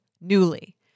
Newly